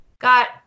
got